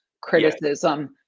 criticism